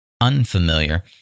unfamiliar